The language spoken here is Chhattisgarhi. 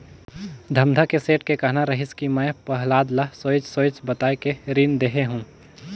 धमधा के सेठ के कहना रहिस कि मैं पहलाद ल सोएझ सोएझ बताये के रीन देहे हो